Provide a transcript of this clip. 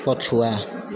ପଛୁଆ